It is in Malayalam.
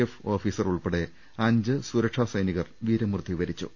എഫ് ഓഫീസർ ഉൾപ്പെടെ അഞ്ച് സുരക്ഷാ സൈനികർ വീരമൃത്യുവരി ച്ചു